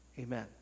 amen